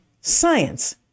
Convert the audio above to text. science